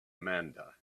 amanda